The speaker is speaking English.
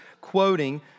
quoting